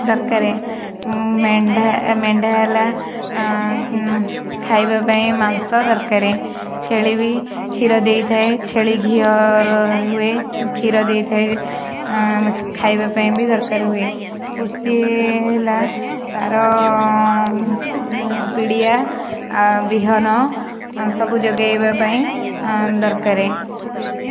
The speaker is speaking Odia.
ଦରକାର ମେଣ୍ଢା ହେଲା ଖାଇବା ପାଇଁ ମାଂସ ଦରକାର ଛେଳି ବି କ୍ଷୀର ଦେଇଥାଏ ଛେଳି ଘିଅ ହୁଏ କ୍ଷୀର ଦେଇଥାଏ ଖାଇବା ପାଇଁ ବି ଦରକାର ହୁଏ କୃଷି ହେଲା ସାର ପିଡ଼ିଆ ବିହନ ସବୁ ଯୋଗାଇବା ପାଇଁ ଦରକାର